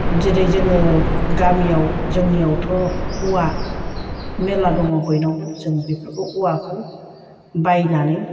जेरै जोङो गामियाव जोंनियावथ' औवा मेरला दङ बयनावबो जोङो बेफोरखौ औवाखौ बायनानै